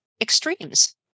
extremes